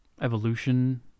evolution